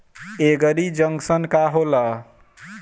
एगरी junction का होला?